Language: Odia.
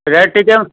ରେଟ୍ ଟିକେ